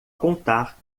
contar